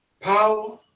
Power